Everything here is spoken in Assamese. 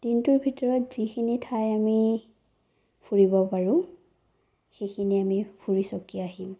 দিনটোৰ ভিতৰত যিখিনি ঠাই আমি ফুৰিব পাৰোঁ সেইখিনি আমি ফুৰি চাকি আহিম